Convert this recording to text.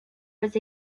was